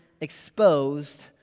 exposed